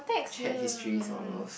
chat history sort of